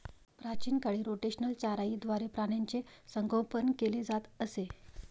प्राचीन काळी रोटेशनल चराईद्वारे प्राण्यांचे संगोपन केले जात असे